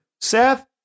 Seth